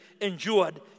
endured